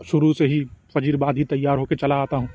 شروع سے ہی فجر بعد ہی تیار ہو کے چلا آتا ہوں